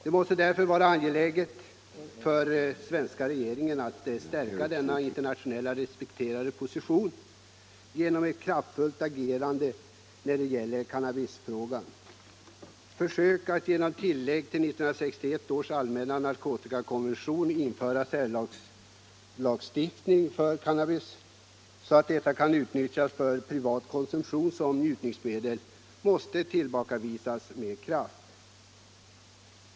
Det måste därför vara angeläget för svenska regeringen att stärka denna sin internationellt respekterade position genom ett kraftfullt agerande när det gäller cannabisfrågan. Försök att genom tillägg till 1961 års allmänna narkotikakonvention införa särlagstiftning för cannabis så att detta medel kan utnyttjas för privat konsumtion som njutningsmedel måste tillbakavisas med kraft.